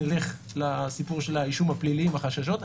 נלך לסיפור של האישום הפלילי והחששות.